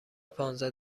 پانزده